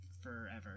forever